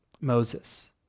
Moses